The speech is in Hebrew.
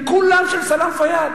הם כולם של סלאם פיאד.